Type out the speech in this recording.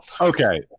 Okay